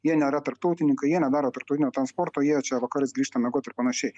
jie nėra tarptautininkai jie nedaro tarptautinio transporto jie čia vakarais grįžta miegot ir panašiai